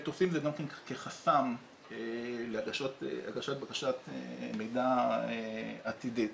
תופסים את זה גם כן כחסם להגשת בקשה למידע עתידית.